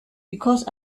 because